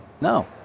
No